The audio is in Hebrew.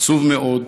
עצוב מאוד.